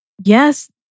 yes